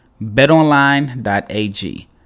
BetOnline.ag